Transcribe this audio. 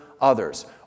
others